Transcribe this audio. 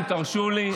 אם תרשו לי,